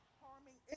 harming